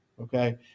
Okay